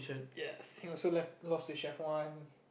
yes he also left lose to chef one